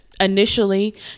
initially